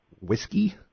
whiskey